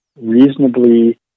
reasonably